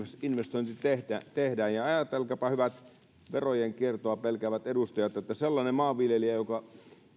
investointi tehdään ajatelkaapa hyvät verojen kiertoa pelkäävät edustajat että sellainen maanviljelijä joka